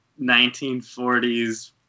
1940s